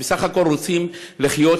שבסך הכול רוצים לחיות,